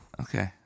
Okay